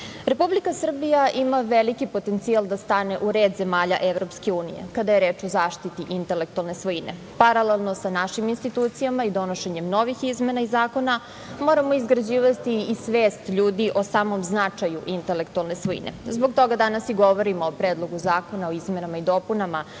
svojina. Republika Srbija ima veliki potencijal da stane u red zemalja EU kada je reč o zaštiti intelektualne svojine. Paralelno sa našim institucijama i donošenjem novih izmena i zakona moramo izgrađivati i svest ljudi o samom značaju intelektualne svojine zbog toga danas i govorimo o Predlogu zakona o izmenama i dopunama